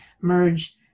merge